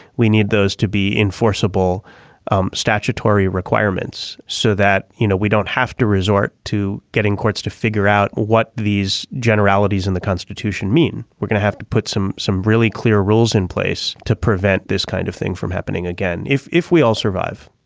we need those to be enforceable um statutory requirements so that you know we don't have to resort to getting courts to figure out what these generalities in the constitution mean. we're gonna have to put some some really clear rules in place to prevent this kind of thing from happening again if if we all survive